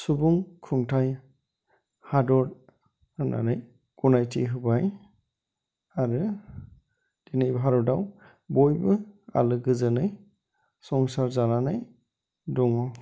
सुबुं खुंथाइ हादर होननानै गनायथि होबाय आरो दिनै भारतआव बायबो आलो गोजोनै संसार जानानै दङ